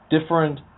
different